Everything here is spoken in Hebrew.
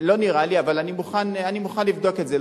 לא נראה לי, אבל אני מוכן, אני מוכן לבדוק את זה.